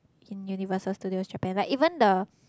in Universal-Studio-Japan like even the